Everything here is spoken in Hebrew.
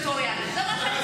כסקטוריאלי.